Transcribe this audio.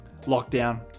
lockdown